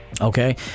okay